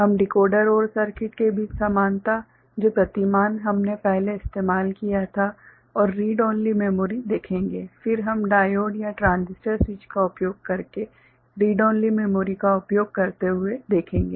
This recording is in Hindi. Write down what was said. हम डिकोडर OR सर्किट के बीच समानता जो प्रतिमान हमने पहले इस्तेमाल किया था और रीड ओनली मेमोरी देखेंगे फिर हम डायोड या ट्रांजिस्टर स्विच का उपयोग करके रीड ओनली मेमोरी का उपयोग करते हुए देखेंगे